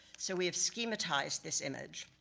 so we have so schematized this image.